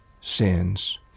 sins